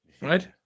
right